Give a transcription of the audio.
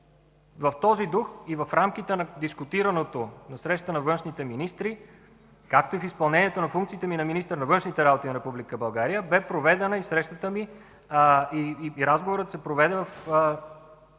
В този дух и в рамките на дискутираното на срещата на външните министри, както и в изпълнение на функциите ми на министър на външните работи на Република България, разговорът се проведе по